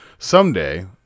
Someday